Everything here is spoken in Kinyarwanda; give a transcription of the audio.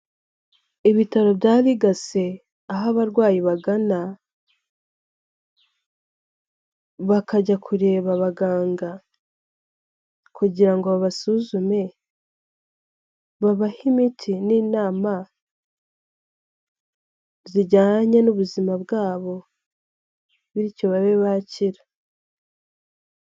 Ibitaro bya Ligase aho abarwayi bagana bakajya kureba abaganga kugira ngo babasuzume babahe imiti n'inama zijyanye n'ubuzima bwabo bityo babe bakira.